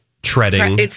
Treading